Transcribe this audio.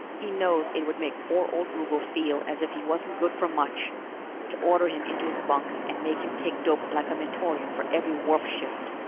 he knows it would make poor old rugel feel as if he wasn't good for much to order him into his bunk and make him take dope like a mentorian for every warp-shift.